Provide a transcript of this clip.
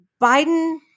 Biden